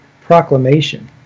proclamation